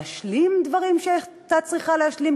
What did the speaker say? להשלים דברים שהיא הייתה צריכה להשלים,